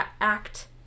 act